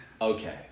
okay